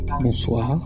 Bonsoir